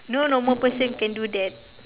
no no person can do that